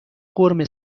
قورمه